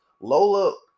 Lola